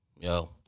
Yo